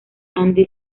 andy